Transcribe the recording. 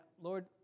Lord